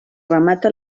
remata